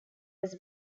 was